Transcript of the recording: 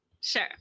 Sure